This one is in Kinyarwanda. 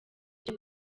ibyo